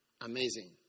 amazing